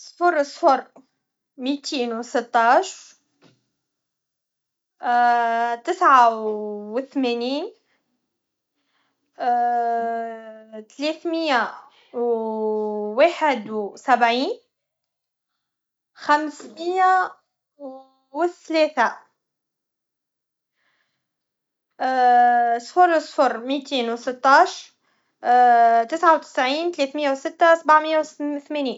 صفر صفر ميتين و سطاش تسعه و ثمانين تلاثميه و واحد وسبعين خمسميه و تلاثه صفر صفر ميتين و سطاش تسعه وتسعين تلاثميه و سته سبعميه و ثمانين